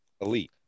elite